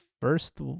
first